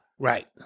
Right